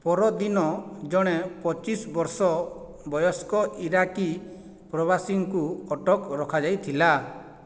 ପରଦିନ ଜଣେ ପଚିଶ ବର୍ଷ ବୟସ୍କ ଇରାକୀ ପ୍ରବାସୀଙ୍କୁ ଅଟକ ରଖାଯାଇଥିଲା